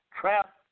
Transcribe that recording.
trapped